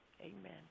Amen